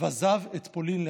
ועזב את פולין לאנגליה.